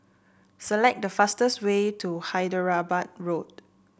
select the fastest way to Hyderabad Road